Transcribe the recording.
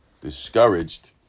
discouraged